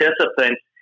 participants